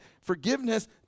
Forgiveness